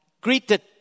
greeted